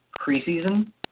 preseason